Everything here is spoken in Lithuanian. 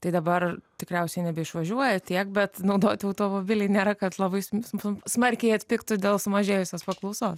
tai dabar tikriausiai nebeišvažiuoja tiek bet naudoti automobiliai nėra kad labai sma smarkiai atpigtų dėl sumažėjusios paklausos